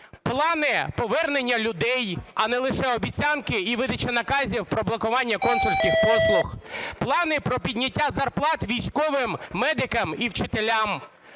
плани повернення людей, а не лише обіцянки і видача наказів про блокування консульських послуг; плани про підняття зарплат військовим, медикам і вчителям,